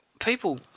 People